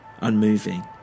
unmoving